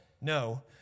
No